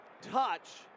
touch